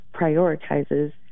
prioritizes